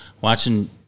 Watching